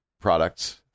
products